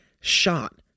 shot